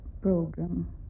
program